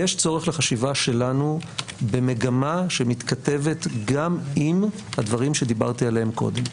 יש צורך לחשיבה שלנו במגמה שמתכתבת גם עם הדברים שדיברתי עליהם קודם.